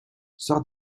sors